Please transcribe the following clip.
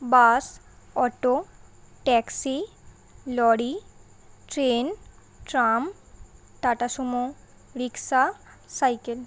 bus auto taxi lorry train tram Tata Sumo rickshaw cycle